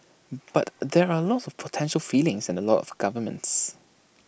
but there are lots of potential feelings and A lot of governments